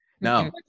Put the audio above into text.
No